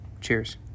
Cheers